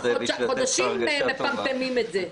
כבר חודשים הם מפמפמים את זה.